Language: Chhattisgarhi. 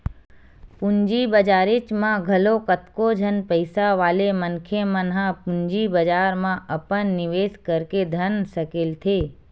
पूंजी बजारेच म घलो कतको झन पइसा वाले मनखे मन ह पूंजी बजार म अपन निवेस करके धन सकेलथे